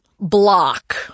block